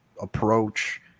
approach